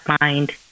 mind